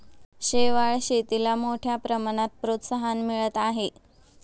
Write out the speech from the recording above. शेवाळ शेतीला मोठ्या प्रमाणात प्रोत्साहन मिळत आहे